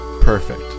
perfect